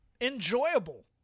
enjoyable